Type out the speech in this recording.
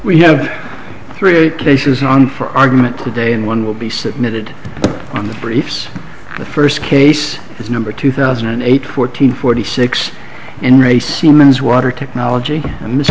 we have three cases on for argument today and one will be submitted on the briefs the first case is number two thousand and eight fourteen forty six and re siemens water technology and